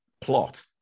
plot